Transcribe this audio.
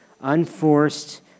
unforced